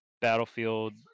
battlefield